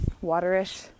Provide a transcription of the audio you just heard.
Waterish